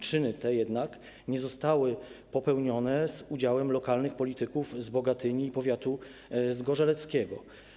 Czyny te jednak nie zostały popełnione z udziałem lokalnych polityków z Bogatyni i powiatu zgorzeleckiego.